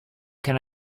can